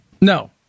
No